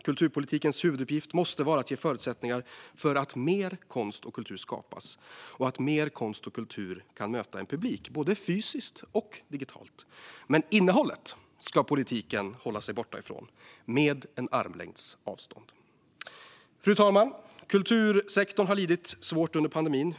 Kulturpolitikens huvuduppgift måste vara att ge förutsättningar för att mer konst och kultur skapas och att mer konst och kultur kan möta en publik, både fysiskt och digitalt. Men innehållet ska politiken hålla sig borta ifrån - med en armlängds avstånd. Fru talman! Kultursektorn har lidit svårt under pandemin.